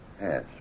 Yes